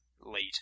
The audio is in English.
late